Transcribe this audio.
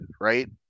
right